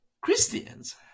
Christians